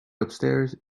upstairs